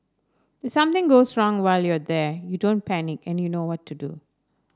if something goes wrong while you're there you don't panic and you know what to do